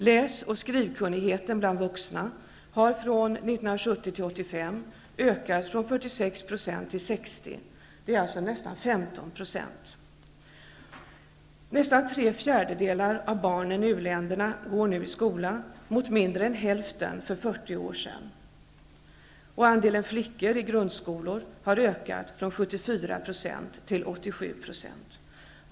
1970 till 1985 ökat från 46 % till 60 %. Det är nästan 15 %. Nästan tre fjärdedelar av barnen i u-länderna går nu i skola mot mindre än hälften för 40 år sedan. till 87 %.